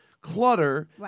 clutter